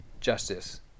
justice